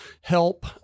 help